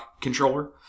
controller